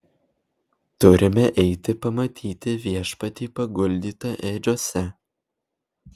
turime eiti pamatyti viešpatį paguldytą ėdžiose